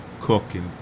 cooking